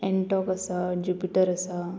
एन्टोक आसा ज्युपीटर आसा